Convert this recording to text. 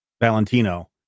Valentino